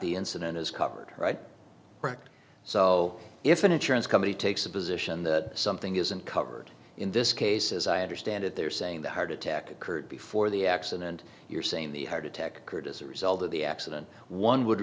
the incident is covered right brooke so if an insurance company takes a position that something isn't covered in this case as i understand it they're saying the heart attack occurred before the accident you're saying the heart attack occurred as a result of the accident one would